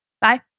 Bye